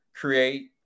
create